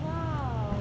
!wow!